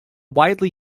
widely